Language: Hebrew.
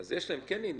אז יש להם עניין.